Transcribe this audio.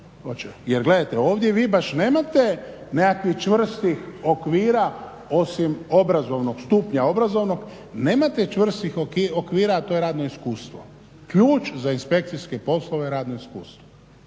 Jer gledajte, ovdje vi baš nemate nekakvih čvrstih okvira osim obrazovnog stupnja, obrazovnog. Nemate čvrstih okvira, a to je radno iskustvo. Ključ za inspekcijske poslove je radno iskustvo.